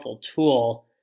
tool